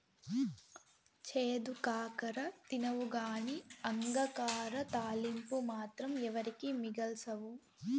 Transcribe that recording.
చేదు కాకర తినవుగానీ అంగాకర తాలింపు మాత్రం ఎవరికీ మిగల్సవు